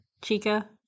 Chica